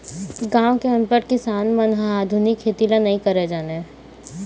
गाँव के अनपढ़ किसान मन ह आधुनिक खेती ल नइ जानय